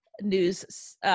news